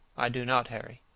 i do not, harry.